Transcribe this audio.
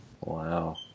Wow